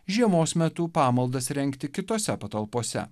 žiemos metu pamaldas rengti kitose patalpose